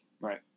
Right